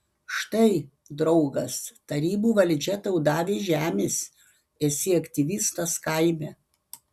štai draugas tarybų valdžia tau davė žemės esi aktyvistas kaime